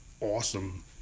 awesome